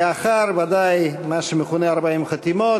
לאחר מה שמכונה "40 חתימות"